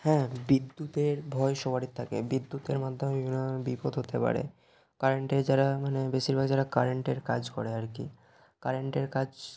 হ্যাঁ বিদ্যুতের ভয় সবারই থাকে বিদ্যুতের মাধ্যমে বিভিন্ন ধরনের বিপদ হতে পারে কারেন্টের যারা মানে বেশিরভাগ যারা কারেন্টের কাজ করে আর কি কারেন্টের কাজ